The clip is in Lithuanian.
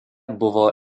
buvo